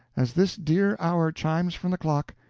as this dear hour chimes from the clock,